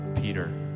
Peter